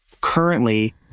currently